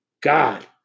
God